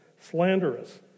slanderous